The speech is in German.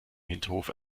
hinterhof